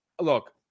Look